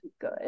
good